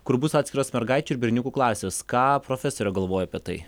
kur bus atskiros mergaičių ir berniukų klasės ką profesorė galvoja apie tai